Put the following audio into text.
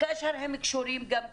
כשהם קשורים גם לתיירות,